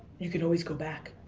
you can always go back.